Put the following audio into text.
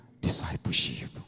discipleship